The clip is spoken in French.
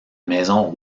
maison